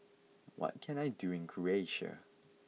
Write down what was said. what can I do in Croatia